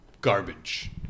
garbage